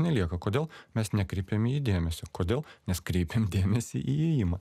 nelieka kodėl mes nekreipiam į jį dėmesio kodėl nes kreipiam dėmesį į ėjimą